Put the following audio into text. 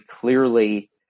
clearly